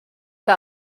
que